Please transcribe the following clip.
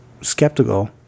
Skeptical